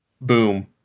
Boom